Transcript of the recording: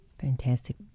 Fantastic